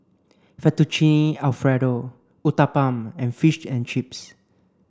Fettuccine Alfredo Uthapam and Fish and Chips